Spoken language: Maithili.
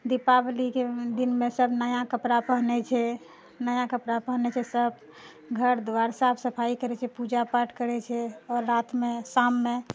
दीपावलीके दिनमे सभ नया कपड़ा पहनैत छै नया कपड़ा पहनैत छै सभ घर द्वार साफ सफाइ करैत छै पूजा पाठ करैत छै आओर रातिमे शाममे